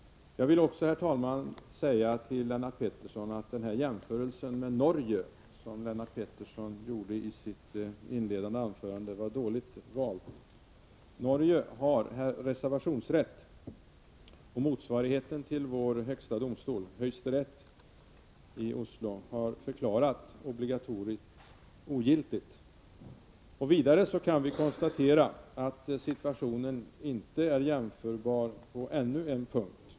Jag vill också, herr talman, säga till Lennart Pettersson att den jämförelse med Norge som han gjorde i sitt inledningsanförande var dåligt vald. Norge har reservationsrätt, och motsvarigheten till vår högsta domstol, Hgyesterett i Oslo, har förklarat obligatoriet ogiltigt. Vidare kan vi konstatera att situationen på ännu en punkt inte är jämförbar.